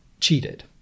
cheated